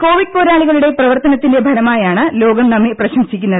Covid പോരാളികളുടെ പ്രവർത്തനത്തിന്റെ ഫലമായാണ് ലോകം നമ്മെ പ്രശംസിക്കുന്നത്